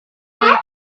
one